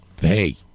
hey